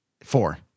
four